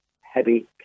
heavy